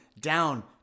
down